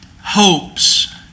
hopes